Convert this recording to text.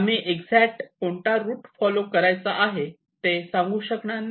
आम्ही एक्जेक्ट कोणता route follow करायचा ते सांगू शकणार नाही